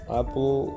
apple